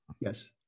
Yes